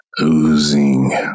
oozing